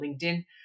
LinkedIn